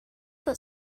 that